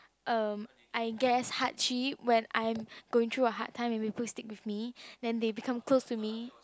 um I guess hardship when I'm going through a hard time and people stick with me then they become close to me